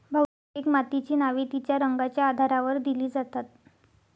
बहुतेक मातीची नावे तिच्या रंगाच्या आधारावर दिली जातात